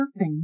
surfing